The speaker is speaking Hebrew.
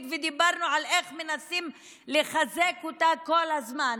ודיברנו על איך מנסים לחזק אותה כל הזמן,